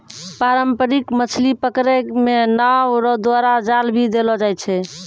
पारंपरिक मछली पकड़ै मे नांव रो द्वारा जाल भी देलो जाय छै